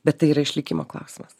bet tai yra išlikimo klausimas